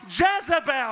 Jezebel